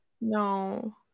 no